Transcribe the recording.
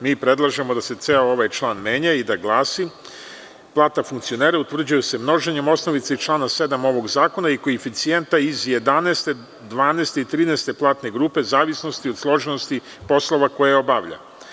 Mi predlažemo da se ceo ovaj član menja i da glasi – plata funkcionera utvrđuje se množenjem osnovice iz člana 7. ovog zakona i koeficijenta iz 11, 12. i 13. platne grupe, u zavisnosti od složenosti poslova koje obavlja.